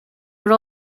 were